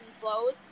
flows